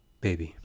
Baby